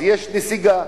יש נסיגה.